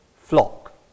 flock